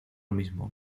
mismo